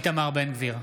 איתמר בן גביר,